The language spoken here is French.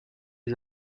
les